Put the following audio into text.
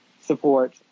support